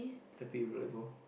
happy with life loh